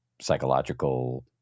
psychological